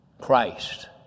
Christ